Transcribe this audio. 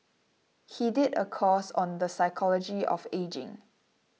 he did a course on the psychology of ageing